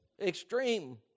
extreme